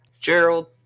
Gerald